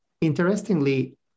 Interestingly